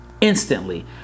instantly